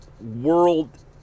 world